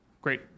great